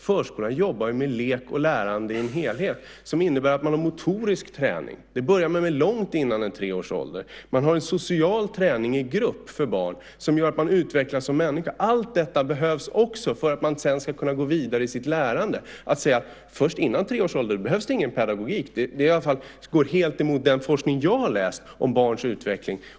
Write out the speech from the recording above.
Förskolan jobbar ju med lek och lärande i en helhet. Det innebär att man har motorisk träning. Det börjar man med långt före tre års ålder. Man har en social träning i grupp för barn som gör att de utvecklas som människor. Allt detta behövs också för att de sedan ska kunna gå vidare i sitt lärande. Att säga att före tre år ålders behövs det ingen pedagogik går helt emot den forskning jag har läst om barns utveckling.